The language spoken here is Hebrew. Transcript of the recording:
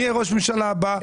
מראש הממשלה הבא ואחריו ואחריו.